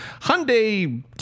Hyundai